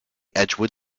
edgewood